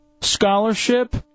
scholarship